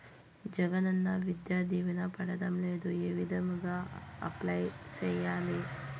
జగనన్న విద్యా దీవెన పడడం లేదు ఏ విధంగా అప్లై సేయాలి